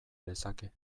lezake